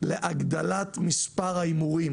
להגדלת מספר ההימורים